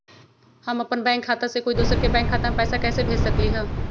हम अपन बैंक खाता से कोई दोसर के बैंक खाता में पैसा कैसे भेज सकली ह?